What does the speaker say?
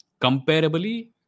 comparably